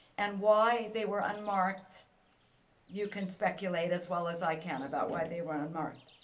and why they were unmarked you can speculate as well as i can about why they were unmarked.